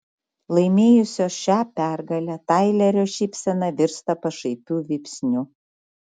laimėjusio šią pergalę tailerio šypsena virsta pašaipiu vypsniu